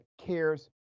cares